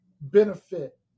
benefit